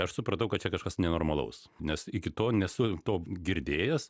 aš supratau kad čia kažkas nenormalaus nes iki to nesu to girdėjęs